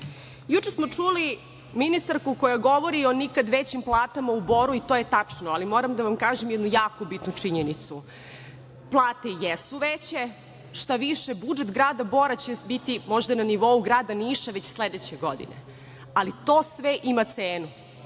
Boru? Juče smo čuli ministarku koja govori o nikad većim platama u Boru i to je tačno, ali moram da vam kažem jednu jako bitnu činjenicu. Plate jesu veće, šta više budžet grada Bora će biti možda na nivou grada Ništa već sledeće godine, ali to sve ima cenu,